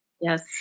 Yes